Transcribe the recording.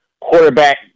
quarterback